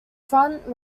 front